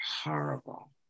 horrible